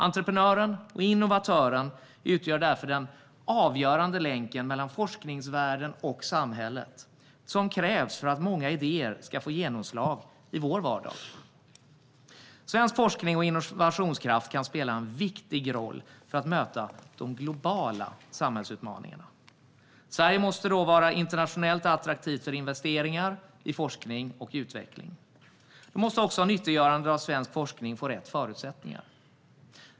Entreprenören och innovatören utgör därför den avgörande länk mellan forskningsvärlden och samhället som krävs för att många idéer ska få genomslag i vår vardag. Svensk forskning och innovationskraft kan spela en viktig roll för att möta de globala samhällsutmaningarna. Sverige måste då vara internationellt attraktivt för investeringar i forskning och utveckling. Då måste också nyttiggörandet av svensk forskning få rätt förutsättningar.